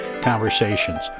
conversations